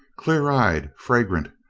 clear eyed, fragrant,